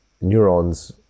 neurons